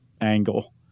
angle